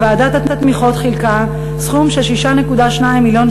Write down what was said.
וועדת התמיכות חילקה סכום של 6.2 מיליון